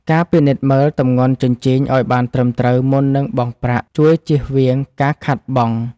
ការពិនិត្យមើលទម្ងន់ជញ្ជីងឱ្យបានត្រឹមត្រូវមុននឹងបង់ប្រាក់ជួយជៀសវាងការខាតបង់។